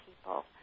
people